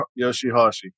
Yoshihashi